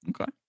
Okay